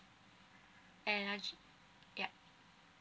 and I j~ yup